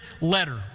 letter